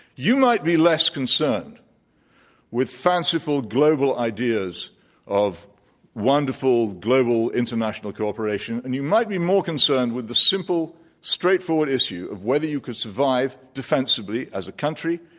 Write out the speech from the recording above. you might be less concerned with fanciful global ideas of wonderful global international cooperation, and you might be more concerned with the simple straightforward issue of whether you could survive defensibly as a country,